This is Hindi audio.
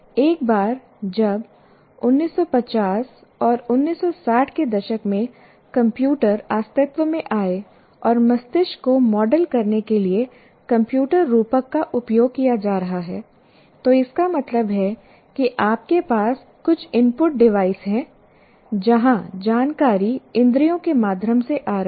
एक बार जब 1950s और 1960s के दशक में कंप्यूटर अस्तित्व में आए और मस्तिष्क को मॉडल करने के लिए कंप्यूटर रूपक का उपयोग किया जा रहा है तो इसका मतलब है कि आपके पास कुछ इनपुट डिवाइस है जहां जानकारी इंद्रियों के माध्यम से आ रही है